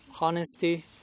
honesty